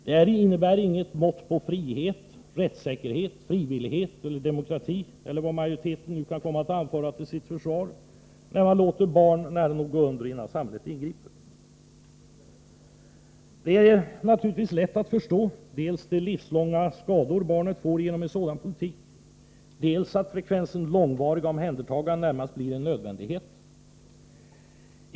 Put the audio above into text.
Det innebär inget mått på frihet, rättssäkerhet, frivillighet eller demokrati, eller vad majoriteten nu kan komma att anföra till sitt försvar när man låter barn nära nog gå under innan samhället ingriper. Det är naturligtvis lätt att förstå att det är livslånga skador barnet får genom en sådan politik och att långvariga omhändertaganden närmast blir en nödvändighet.